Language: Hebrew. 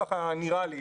ככה נראה לי.